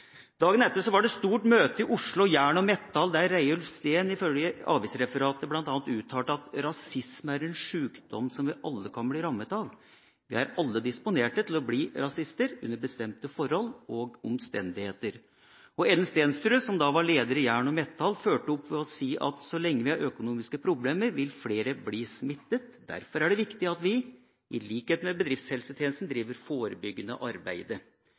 Dagen etter var det stort møte i Jern og Metall Oslo, der Reiulf Steen ifølge avisreferatet bl.a. uttalte: «Rasisme er en sykdom som vi alle kan bli rammet av. Vi er alle disponerte til å bli rasister, under bestemte forhold og omstendigheter.» Ellen Stensrud, som da var leder i Jern og Metall Oslo, fulgte opp med å si: «Så lenge vi har økonomiske problemer, vil flere bli smittet. Derfor er det viktig at vi, i likhet med bedriftshelsetjenesten, driver forebyggende